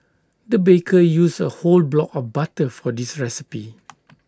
the baker used A whole block of butter for this recipe